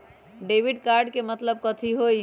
Debit card के मतलब कथी होई?